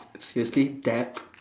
seriously dab